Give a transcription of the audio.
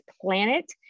planet